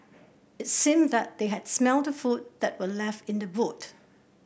it seemed that they had smelt the food that were left in the boot